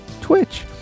Twitch